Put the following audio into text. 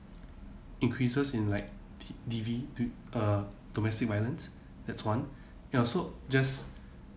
increases in like d~ D_V uh domestic violence that's one ya so just